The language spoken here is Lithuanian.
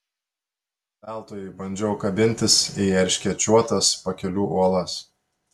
veltui bandžiau kabintis į erškėčiuotas pakelių uolas